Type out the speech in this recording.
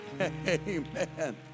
Amen